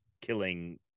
killing